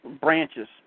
branches